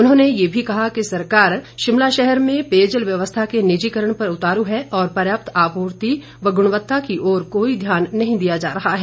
उन्होंने ये भी कहा कि सरकार शिमला शहर में पेयजल व्यवस्था के निजीकरण पर उतारू है और पर्याप्त आपूर्ति तथा गुणवत्ता की ओर कोई ध्यान नहीं दिया जा रहा है